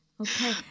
Okay